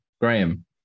Graham